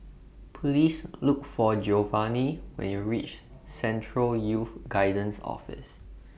Please Look For Giovani when YOU REACH Central Youth Guidance Office